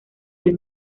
del